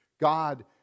God